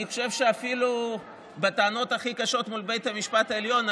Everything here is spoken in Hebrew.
אני חושב שאפילו בטענות הכי קשות מול בית המשפט העליון,